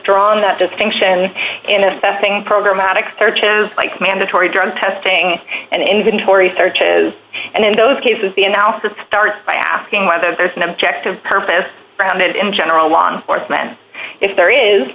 drawn that distinction in assessing programatic searches like mandatory drug testing and inventory searches and in those cases the analysis starts by asking whether there's an objective purpose grounded in general on force man if there is